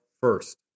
first